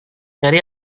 mary